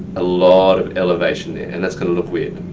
a lot of elevation there and that's gonna look weird.